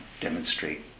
demonstrate